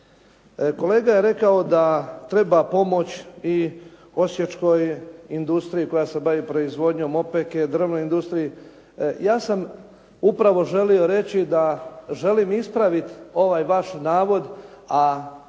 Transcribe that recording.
Kolega je rekao da treba pomoć i osječkoj industriji koja se bavi proizvodnjom opeke, drvnoj industriji. Ja sam upravo želio reći da želim ispraviti ovaj vaš navod, a